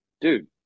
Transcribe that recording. dude